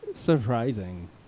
Surprising